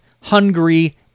Hungary